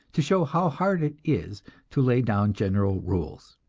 to show how hard it is to lay down general rules.